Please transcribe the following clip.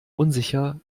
unsicher